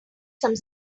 some